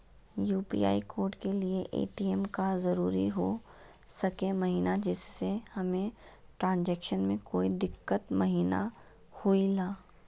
UPI code के लिए ATM का जरूरी हो सके महिना जिससे हमें ट्रांजैक्शन में कोई दिक्कत महिना हुई ला?